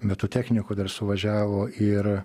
be tų technikų dar suvažiavo ir